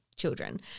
children